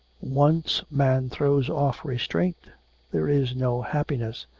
once man throws off restraint there is no happiness,